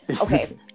okay